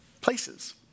places